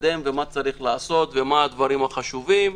לקדם ומה צריך לעשות ומה הדברים החשובים,